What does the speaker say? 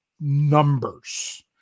numbers